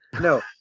No